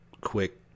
quick